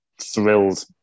thrilled